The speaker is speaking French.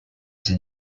ses